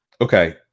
Okay